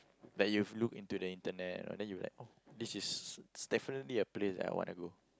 that you've looked into the internet and you're like oh this is definitely a place that I wanna go